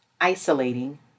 isolating